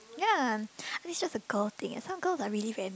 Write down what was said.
ya I think it's just a girl thing eh some girls are really very mean